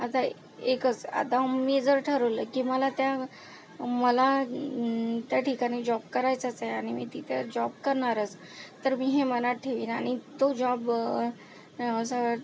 आता एकच आता मी जर ठरवलं की मला त्या मला त्या ठिकाणी जॉब करायचाच आहे आणि मी तिथं जॉब करणारच तर मी हे मनात ठेवीन आणि तो जॉब असं